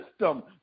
system